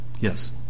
yes